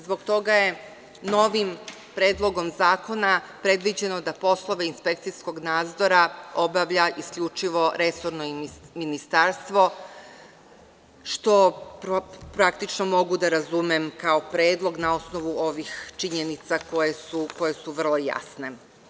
Zbog toga je novim predlogom zakona predviđeno da poslove inspekcijskog nadzora obavlja isključivo resorno ministarstvo, što praktično mogu da razumem, kao predlog, na osnovu ovih činjenica koje su vrlo jasno.